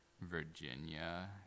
Virginia